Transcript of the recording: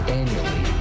annually